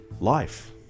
life